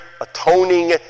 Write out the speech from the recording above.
atoning